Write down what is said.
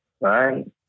Right